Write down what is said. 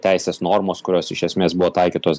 teisės normos kurios iš esmės buvo taikytos